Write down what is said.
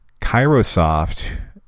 Kairosoft